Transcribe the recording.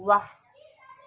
वाह